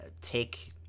take